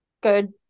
good